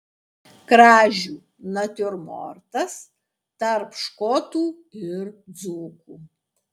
kražių natiurmortas tarp škotų ir dzūkų